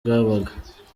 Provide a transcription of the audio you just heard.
bwabaga